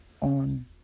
on